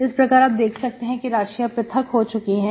इस प्रकार आप देख सकते हैं कि राशियां पृथक हो चुकी है